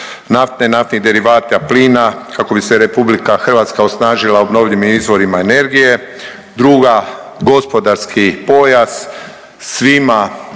nafte i naftnih derivata i plina kako bi se RH osnažila obnovljivim izvorima energije. Druga, gospodarski pojas, svima